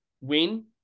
win